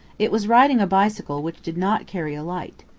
it was riding a bicycle which did not carry a light.